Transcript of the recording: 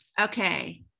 Okay